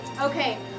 Okay